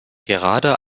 gerade